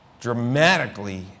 dramatically